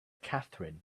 catherine